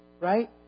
right